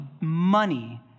money